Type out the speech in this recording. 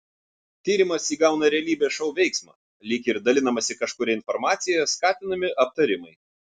tyrimas įgauną realybės šou veiksmą lyg ir dalinamasi kažkuria informacija skatinami aptarimai